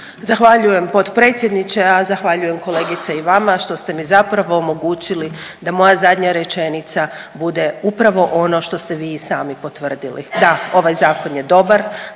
Zahvaljujem potpredsjedniče, a zahvaljujem kolegice i vama što ste mi zapravo omogućili da moja zadnja rečenica bude upravo ono što ste vi i sami potvrdili. Da, ovaj zakon je dobar,